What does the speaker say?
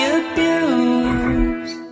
abuse